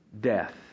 death